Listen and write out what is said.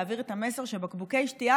להעביר את המסר שבקבוקי שתייה,